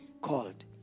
called